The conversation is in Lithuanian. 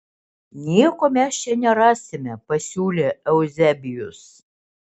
nieko mes čia nerasime pasiūlė euzebijus